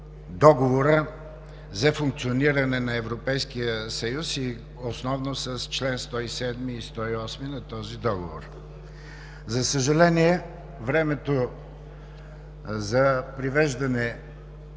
Договора за функциониране на Европейския съюз, и основно с чл. 107 и 108 на този договор. За съжаление, времето за привеждане